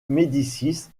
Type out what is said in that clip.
médicis